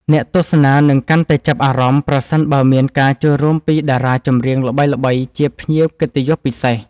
អ្នកទស្សនានឹងកាន់តែចាប់អារម្មណ៍ប្រសិនបើមានការចូលរួមពីតារាចម្រៀងល្បីៗជាភ្ញៀវកិត្តិយសពិសេស។